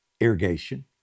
irrigation